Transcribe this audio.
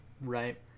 right